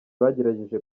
bagerageje